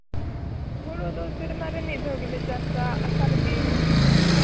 ᱦᱩᱲᱩ ᱫᱚ ᱥᱮᱨᱢᱟ ᱨᱮ ᱢᱤᱫ ᱫᱷᱟᱣ ᱜᱮᱞᱮ ᱪᱟᱥᱼᱟ ᱟᱥᱟᱲ ᱫᱤᱱ